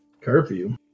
Curfew